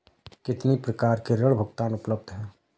कितनी प्रकार के ऋण भुगतान उपलब्ध हैं?